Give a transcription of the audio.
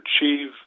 achieve